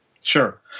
Sure